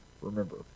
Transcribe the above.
Remember